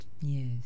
Yes